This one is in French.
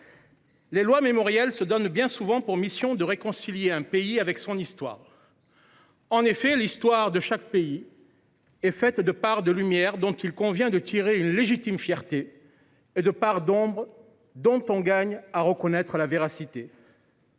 Les lois mémorielles se donnent bien souvent pour mission de réconcilier un pays avec son histoire, tant il est vrai que le passé de chaque État est fait de parts de lumières, dont il convient de tirer une légitime fierté, et de parts d’ombre, dont on gagne à reconnaître l’existence.